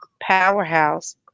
powerhouse